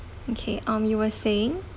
okay um you were saying